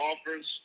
offers